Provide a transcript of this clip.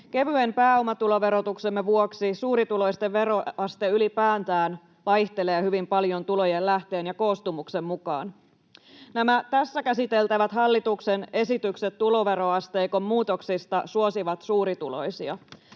Kevyen pääomatuloverotuksemme vuoksi suurituloisten veroaste ylipäätään vaihtelee hyvin paljon tulojen lähteen ja koostumuksen mukaan. Nämä tässä käsiteltävät hallituksen esitykset tuloveroasteikon muutoksista suosivat suurituloisia.